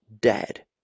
dead